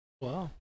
Wow